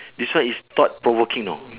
this one is thought-provoking know